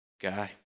guy